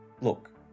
Look